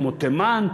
כמו תימן,